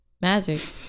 magic